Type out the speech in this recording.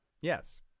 Yes